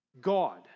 God